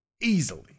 easily